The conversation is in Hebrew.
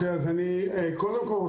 קודם כל,